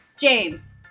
James